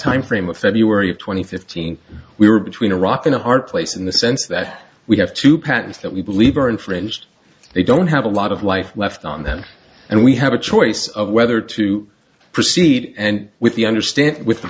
timeframe of february of two thousand and fifteen we were between a rock and a hard place in the sense that we have two paths that we believe are infringed they don't have a lot of life left on them and we have a choice of whether to proceed and with the understanding with the